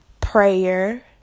prayer